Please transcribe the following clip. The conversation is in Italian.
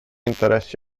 interessi